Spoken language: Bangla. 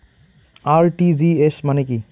আর.টি.জি.এস মানে কি?